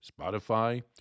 Spotify